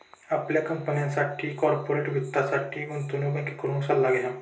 आपल्या कंपनीसाठी कॉर्पोरेट वित्तासाठी गुंतवणूक बँकेकडून सल्ला घ्या